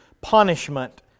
punishment